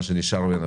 מה שנשאר ממנו,